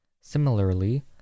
Similarly